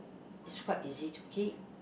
is quite easy to keep